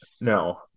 No